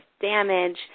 damage